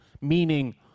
meaning